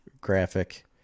graphic